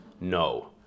no